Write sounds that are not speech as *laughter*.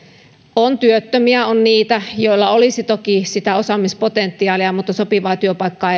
on työttömiä on niitä joilla olisi toki sitä osaamispotentiaalia mutta sopivaa työpaikkaa *unintelligible*